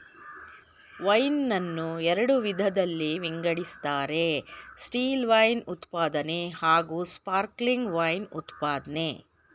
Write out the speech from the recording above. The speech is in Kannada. ವೈನ್ ನನ್ನ ಎರಡು ವಿಧದಲ್ಲಿ ವಿಂಗಡಿಸ್ತಾರೆ ಸ್ಟಿಲ್ವೈನ್ ಉತ್ಪಾದನೆ ಹಾಗೂಸ್ಪಾರ್ಕ್ಲಿಂಗ್ ವೈನ್ ಉತ್ಪಾದ್ನೆ